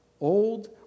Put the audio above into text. old